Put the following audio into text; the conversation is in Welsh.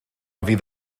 fydd